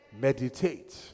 Meditate